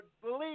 believe